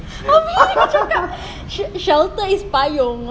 habis you cakap sh~ shelter is payung